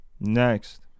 next